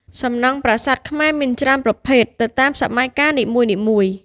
សំណង់ប្រាសាទខ្មែរមានច្រើនប្រភេទ ទៅតាមសម័យកាលនីមួយៗ។